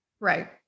Right